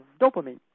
dopamine